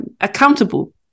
accountable